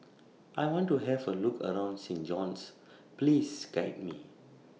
I want to Have A Look around Saint John's Please Guide Me